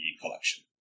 collection